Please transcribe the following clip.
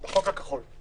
הנוסח הכחול.